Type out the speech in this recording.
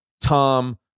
Tom